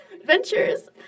adventures